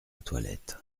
toilette